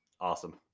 Awesome